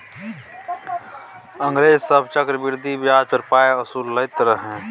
अंग्रेज सभ चक्रवृद्धि ब्याज पर पाय असुलैत रहय